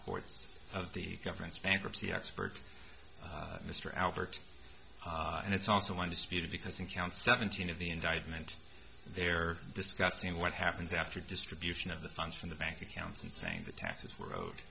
courts of the government's bankruptcy expert mr albert and it's also one disputed because in count seventeen of the indictment they're discussing what happens after distribution of the funds from the bank accounts and saying the taxes were